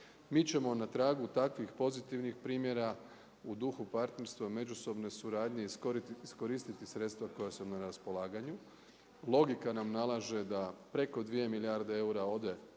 Mi ćemo na tragu takvih pozitivnih primjera, u duhu partnerstva, međusobne suradnje, iskoristi sredstva koja su nam na raspolaganju. Logika nam nalaže da preko 2 milijarde eura ode